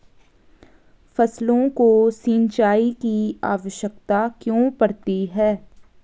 फसलों को सिंचाई की आवश्यकता क्यों पड़ती है?